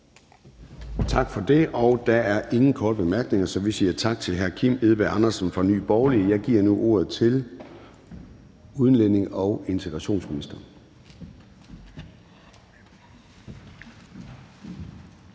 Tak for det. Der er ingen korte bemærkninger, så vi siger tak til hr. Kim Edberg Andersen fra Nye Borgerlige. Jeg giver nu ordet til udlændinge- og integrationsministeren.